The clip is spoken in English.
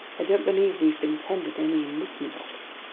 i don't believe we've been tendered any enlistment offers.